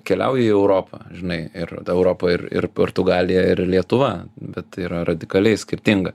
keliauji į europą žinai ir ta europa ir ir portugaliją ir lietuva bet tai yra radikaliai skirtinga